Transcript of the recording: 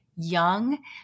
young